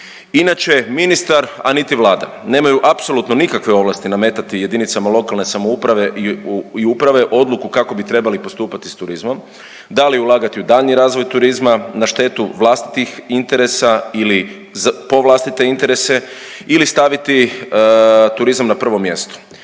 Inače, ministar a niti Vlada nemaju apsolutno nikakve ovlasti nametati jedinicama lokalne samouprave i uprave odluku kako bi trebali postupati s turizmom, da li ulagati u daljnji razvoj turizma na štetu vlastitih interesa ili po vlastite interese ili staviti turizam na prvo mjesto,